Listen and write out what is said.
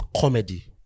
comedy